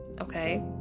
Okay